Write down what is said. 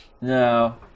No